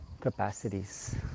capacities